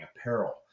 apparel